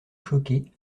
choquée